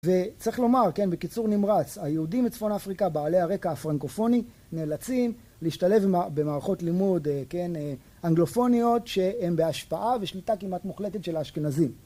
וצריך לומר, בקיצור נמרץ, היהודים מצפון אפריקה, בעלי הרקע הפרנקופוני, נאלצים להשתלב במערכות לימוד אנגלופוניות שהן בהשפעה ושליטה כמעט מוחלטת של האשכנזים